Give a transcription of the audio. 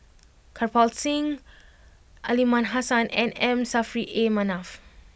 Kirpal Singh Aliman Hassan and M Saffri A Manaf